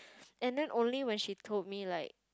and then only when she told me like